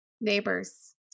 Neighbors